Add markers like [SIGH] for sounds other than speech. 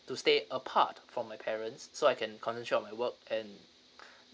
to stay apart from my parents so I can concentrate on my work and [BREATH]